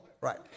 right